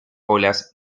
olas